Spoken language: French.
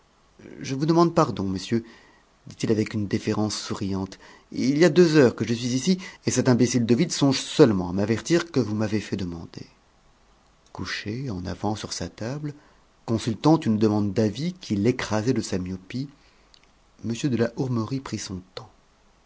je vous demande pardon monsieur dit-il avec une déférence souriante il y a deux heures que je suis ici et cet imbécile d'ovide songe seulement à m'avertir que vous m'avez fait demander couché en avant sur sa table consultant une demande d'avis qu'il écrasait de sa myopie m de la hourmerie prit son temps